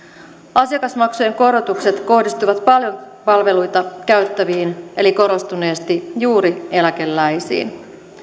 asiakasmaksujen korotukset kohdistuvat paljon palveluja käyttäviin eli korostuneesti juuri eläkeläisiin